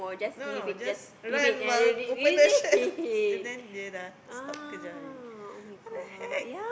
no no just run while open the shirt and then dia sudah stop kejar already what the heck